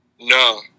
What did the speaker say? No